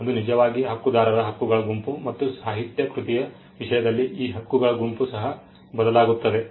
ಅದು ನಿಜವಾಗಿ ಹಕ್ಕುದಾರರ ಹಕ್ಕುಗಳ ಗುಂಪು ಮತ್ತು ಸಾಹಿತ್ಯ ಕೃತಿಯ ವಿಷಯದಲ್ಲಿ ಈ ಹಕ್ಕುಗಳ ಗುಂಪು ಸಹ ಬದಲಾಗುತ್ತವೆ